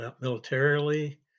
militarily